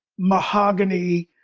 mahogany